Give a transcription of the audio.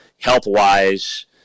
health-wise